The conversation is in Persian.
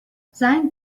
زنگ